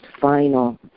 final